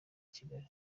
kigali